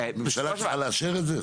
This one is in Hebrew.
הממשלה צריכה לאשר את זה?